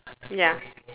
ya